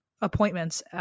appointments